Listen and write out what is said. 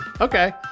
Okay